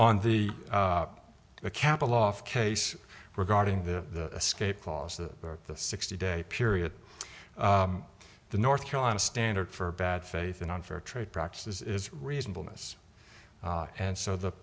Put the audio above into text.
on the capital off case regarding the skate clause the sixty day period the north carolina standard for bad faith and unfair trade practices is reasonable miss and so the